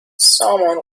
سامان